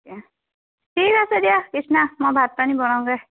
ঠিক আছে দিয়া তৃষ্ণা মই ভাত পানী বনাওঁগৈ